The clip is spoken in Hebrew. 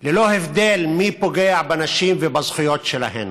ללא הבדל מי פוגע בנשים ובזכויות שלהן.